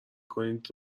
کنید